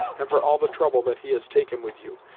and for all the trouble that he has taken with you,